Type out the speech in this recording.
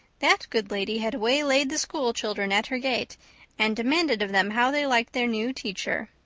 that good lady had waylaid the schoolchildren at her gate and demanded of them how they liked their new teacher.